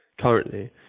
currently